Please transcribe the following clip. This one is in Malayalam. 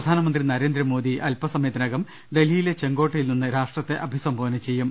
പ്രധാനമന്ത്രി നരേന്ദ്രമോദി അൽപ്പസമയത്തിനകം ഡൽഹിയിലെ ചെങ്കോട്ടയിൽ നിന്ന് രാഷ്ട്രത്തെ അഭിസംബോധന ചെയ്യും